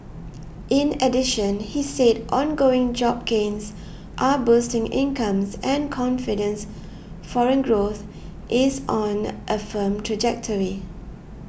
in addition he said ongoing job gains are boosting incomes and confidence foreign growth is on a firm trajectory